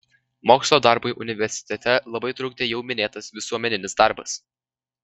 mokslo darbui universitete labai trukdė jau minėtas visuomeninis darbas